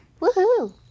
Woohoo